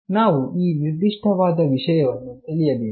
ನಾವು ಈ ನಿರ್ದಿಷ್ಟವಾದ ವಿಷಯವನ್ನು ತಿಳಿಯಬೇಕು